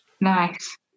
nice